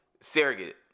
Surrogate